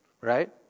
right